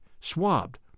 swabbed